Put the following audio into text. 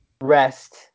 rest